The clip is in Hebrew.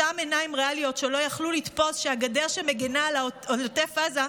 אותן עיניים ריאליות שלא יכלו לתפוס שהגדר שמגינה על עוטף עזה,